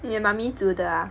你的 mummy 煮的 ah